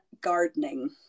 gardening